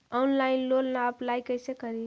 Online loan ला apply कैसे करी?